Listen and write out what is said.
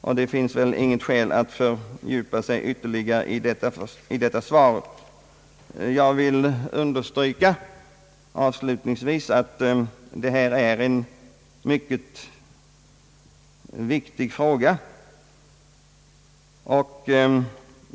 Jag vill avslutningsvis understryka att detta är en mycket viktig fråga.